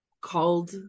called